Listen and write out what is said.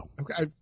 Okay